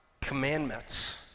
commandments